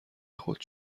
خود